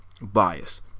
bias